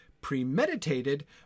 premeditated